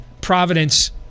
providence